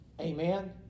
Amen